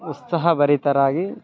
ಉತ್ಸಾಹ ಭರಿತರಾಗಿ